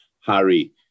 harry